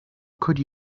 could